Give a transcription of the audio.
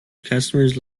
customers